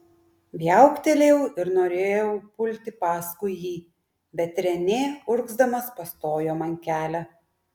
viauktelėjau ir norėjau pulti paskui jį bet renė urgzdamas pastojo man kelią